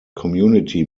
community